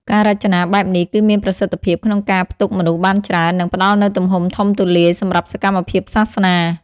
ការរចនាបែបនេះ គឺមានប្រសិទ្ធភាពក្នុងការផ្ទុកមនុស្សបានច្រើន និងផ្តល់នូវទំហំធំទូលាយសម្រាប់សកម្មភាពសាសនា។